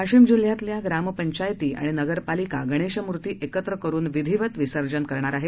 वाशिम जिल्ह्यातील ग्रामपंचायती आणि नगरपालिका गणेशमुर्ती एकत्र करुन विधीवत विसर्जन करणार आहेत